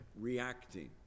reacting